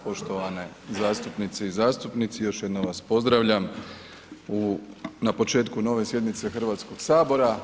Poštovane zastupnice i zastupnici još jednom vas pozdravljam na početku nove sjednice Hrvatskog sabora.